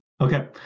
Okay